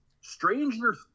Stranger